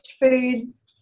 foods